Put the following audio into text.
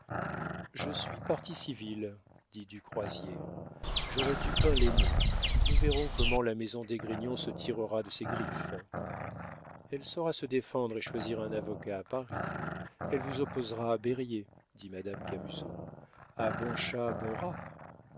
je suis partie civile dit du croisier j'aurai dupin l'aîné nous verrons comment la maison d'esgrignon se tirera de ses griffes elle saura se défendre et choisir un avocat à paris elle vous opposera berryer dit madame camusot a bon chat bon rat